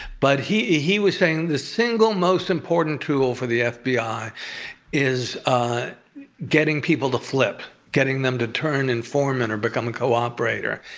but he he was saying the single most important tool for the fbi is ah getting people to flip. getting them to turn informant or become a cooperator.